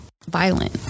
violent